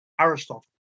Aristotle